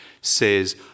says